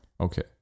Okay